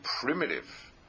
primitive